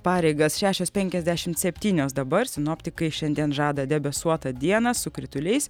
pareigas šešios penkiasdešimt septynios dabar sinoptikai šiandien žada debesuotą dieną su krituliais